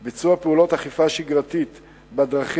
2. ביצוע פעולות אכיפה שגרתית בדרכים,